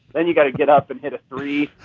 then you gotta get up and hit a three.